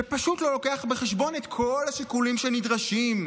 שפשוט לא לוקח בחשבון את כל השיקולים שנדרשים,